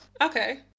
Okay